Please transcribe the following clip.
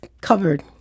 covered